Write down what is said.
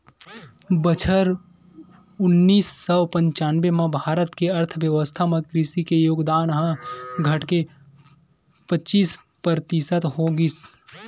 बछर उन्नीस सौ पंचानबे म भारत के अर्थबेवस्था म कृषि के योगदान ह घटके पचीस परतिसत हो गिस